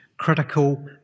critical